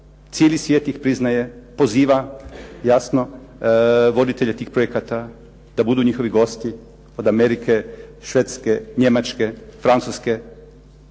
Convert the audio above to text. cijeli svijet ih priznaje, poziva jasno voditelje tih projekata da budu njihovi gosti, od Amerike, Švedske, Njemačke, Francuske,